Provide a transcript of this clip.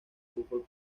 fútbol